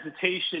hesitation